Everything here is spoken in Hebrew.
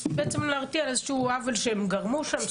בעצם להתריע על איזה שהוא עוול שהם גרמו שם,